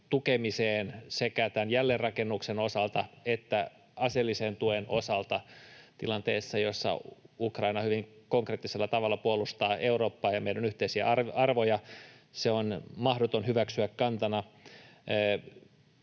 tukemiseen sekä jälleenrakennuksen osalta että aseellisen tuen osalta tilanteessa, jossa Ukraina hyvin konkreettisella tavalla puolustaa Eurooppaa ja meidän yhteisiä arvojamme. Se on mahdoton hyväksyä kantana.